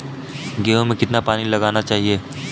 गेहूँ में कितना पानी लगाना चाहिए?